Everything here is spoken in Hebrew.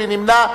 מי נמנע?